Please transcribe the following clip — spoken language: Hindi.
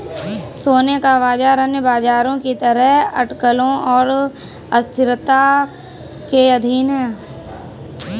सोने का बाजार अन्य बाजारों की तरह अटकलों और अस्थिरता के अधीन है